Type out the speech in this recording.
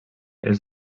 els